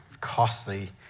costly